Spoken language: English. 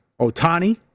Otani